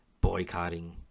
boycotting